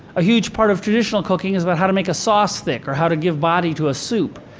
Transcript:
a huge part of traditional cooking is about how to make a sauce thick, or how to give body to a soup.